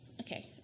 Okay